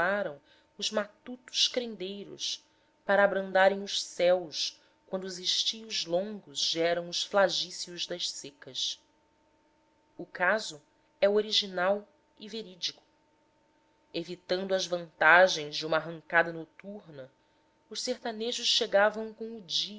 afeiçoaram os matutos crendeiros para abrandarem os céus quando os estios longos geram os flagícios das secas o caso é original e verídico evitando as vantagens de uma arrancadura noturna os sertanejos chegavam com o